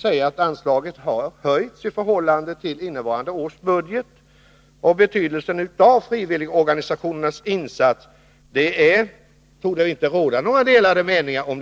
säger att anslaget har höjts i förhållande till innevarande års budget. Betydelsen av frivilligorganisationernas insats torde det inte råda några delade meningar om.